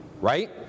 right